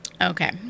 Okay